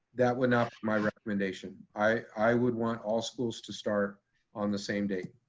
that would not be my recommendation. i would want all schools to start on the same date.